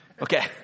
Okay